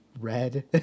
red